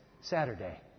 Saturday